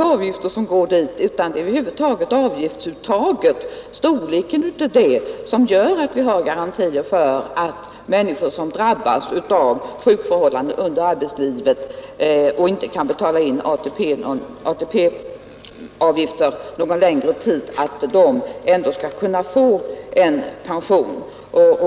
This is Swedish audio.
avgifter skall gå till detta, utan det är storleken i hela avgiftsuttaget, som ger oss garantier för att de som drabbas av sjukdom och inte kan betala in ATP-avgifter under längre tid, ändå skall kunna få en pension.